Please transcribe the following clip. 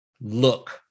look